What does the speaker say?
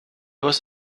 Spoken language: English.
was